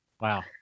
Wow